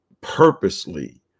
purposely